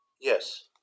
Yes